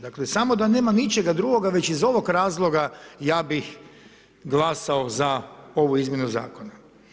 Dakle, samo da nema ničega drugoga već iz ovoga razloga ja bih glasao za ovu izmjenu zakona.